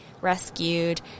rescued